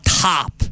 top